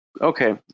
Okay